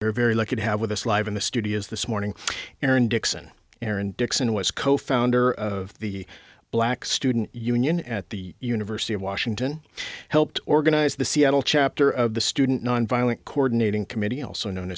you're very lucky to have with us live in the studios this morning aaron dixon aaron dixon was co founder of the black student union at the university of washington helped organize the seattle chapter of the student nonviolent coordinating committee also known